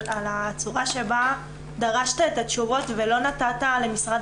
על הצורה שבה דרשת את התשובות ולא נתת למשרד